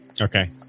Okay